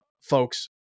Folks